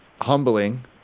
humbling